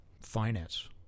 finance